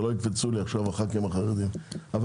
שלא יקפצו לי עכשיו הח"כים החרדים אבל